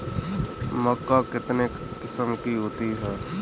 मक्का कितने किस्म की होती है?